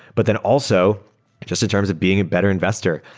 but then also just in terms of being a better investor,